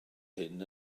hyn